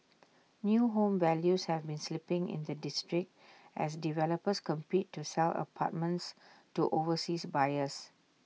new home values have been slipping in the district as developers compete to sell apartments to overseas buyers